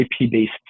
IP-based